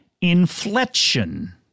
Inflection